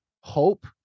hope